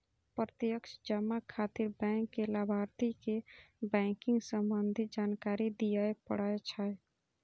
प्रत्यक्ष जमा खातिर बैंक कें लाभार्थी के बैंकिंग संबंधी जानकारी दियै पड़ै छै